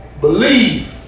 believe